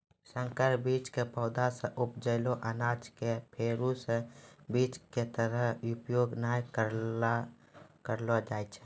संकर बीज के पौधा सॅ उपजलो अनाज कॅ फेरू स बीज के तरह उपयोग नाय करलो जाय छै